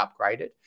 upgraded